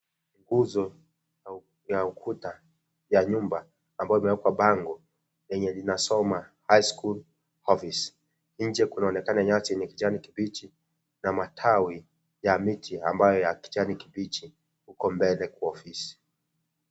Nguzo ya ukuta ya nyumba ambayo imewekwa bango lenye linasomwa, High School Office, Inje kunaonekana nyasi yenye kijani kibichi na matawi ya miti ambayo ni ya kijani kibichi, huko mbele kwa ofisi.